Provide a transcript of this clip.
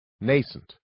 nascent